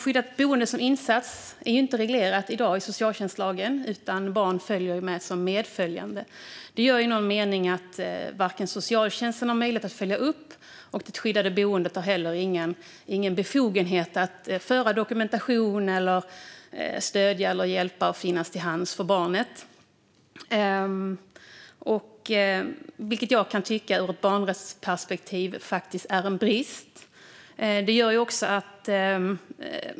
Skyddat boende som insats är i dag inte reglerat i socialtjänstlagen, utan barn följer med som medföljande. Det gör i någon mening att socialtjänsten inte har möjlighet att följa upp och att det skyddade boendet inte heller har någon befogenhet att föra dokumentation, stödja, hjälpa och finnas till hands för barnet, vilket jag ur ett barnrättsperspektiv kan tycka faktiskt är en brist.